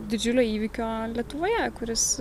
didžiulio įvykio lietuvoje kuris